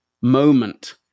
moment